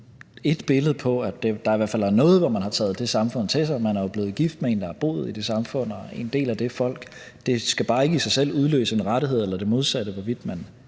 et billede på, at der i hvert fald er noget fra det samfund, som man har taget til sig. Man er blevet gift med en, der har boet i det samfund og er en del af det folk. Det skal bare ikke i sig selv udløse en rettighed eller det modsatte, hvorvidt man